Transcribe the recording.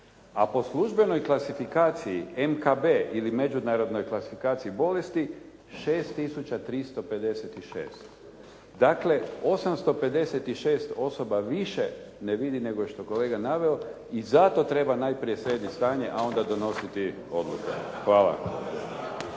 a po službenoj klasifikaciji MKB ili Međunarodnoj klasifikaciji bolesti 6356. Dakle, 856 više ne vidi nego što je kolega naveo i zato treba najprije srediti stanje, a onda donositi odluke. Hvala.